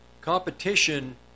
Competition